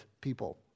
people